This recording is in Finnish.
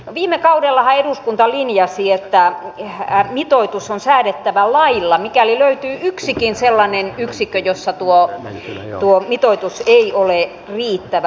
viime kaudellahan eduskunta linjasi että mitoitus on säädettävä lailla mikäli löytyy yksikin sellainen yksikkö jossa tuo mitoitus ei ole riittävä